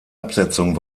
absetzung